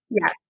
Yes